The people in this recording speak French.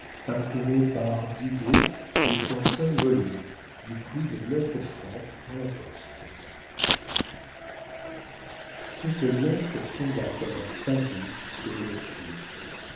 imprimée par didot est en cinq volumes du prix de neuf francs par la poste cette lettre tomba comme un pavé sur une tulipe